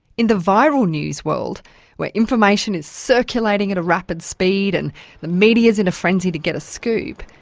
in the viral news world where information is circulating at a rapid speed and the media's in a frenzy to get a scoop,